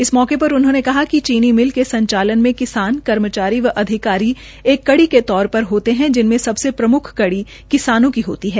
इस मौके र उन्होंने कहा िक चीनी मिल के संचालन में किसान कर्मचरी व अधिकारी एक कड़ी के तौर प्रर होते है जिनमें सबसे प्रमुख कड़ी किसानों की होती है